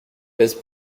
pèse